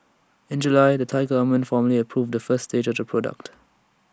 in July the Thai Government formally approved the first stage of the project